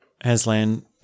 Aslan